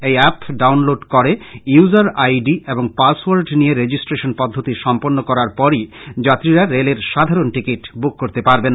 এই app download করে user I D এবং পাস ওয়ার্ড নিয়ে রেজিষ্ট্রশন পদ্ধতি সম্পন্ন করার পরই যাত্রীরা রেলের সাধারন টিকিট বুক করতে পারবেন